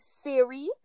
Siri